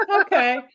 Okay